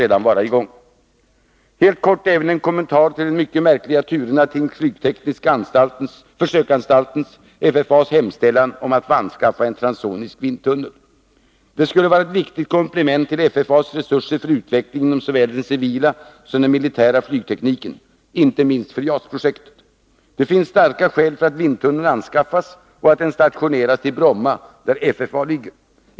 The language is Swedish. Låt mig helt kort också få göra en kommentar till de mycket märkliga turerna kring flygtekniska försöksanstaltens — FFA — hemställan om att få anskaffa en transsonisk vindtunnel. Den skulle vara ett viktigt komplement till FFA:s resurser för utveckling inom såväl den civila som den militära flygtekniken, inte minst för JAS-projektet. Det finns starka skäl för att vindtunneln anskaffas och stationeras till Bromma, där FFA ligger.